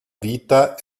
vita